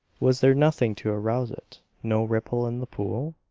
was there nothing to arouse it, no ripple in the pool?